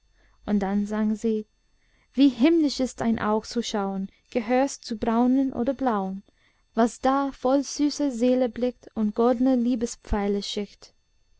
und dann sang sie wie himmlisch ist ein aug zu schauen gehör's zu braunen oder blauen was da voll süßer seele blickt und goldne liebespfeile schickt